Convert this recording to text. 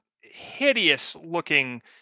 hideous-looking